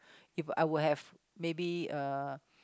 if I were have maybe uh